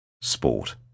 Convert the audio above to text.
Sport